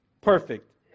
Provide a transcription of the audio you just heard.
perfect